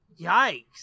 yikes